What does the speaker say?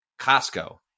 Costco